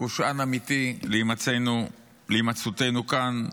קושן אמיתי להימצאותנו כאן,